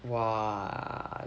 !wah!